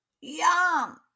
yum